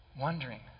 wondering